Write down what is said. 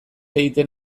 egiten